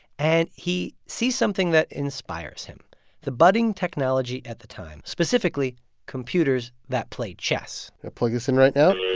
and he sees something that inspires him the budding technology at the time, specifically computers that play chess going to plug this in right now